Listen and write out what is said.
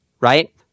right